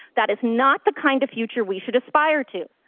that is not the kind of future we should aspire to.